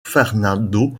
fernando